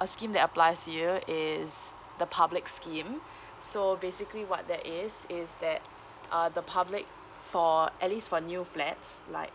a scheme that applies here is the public scheme so basically what that is is that uh the public for at least for new flats like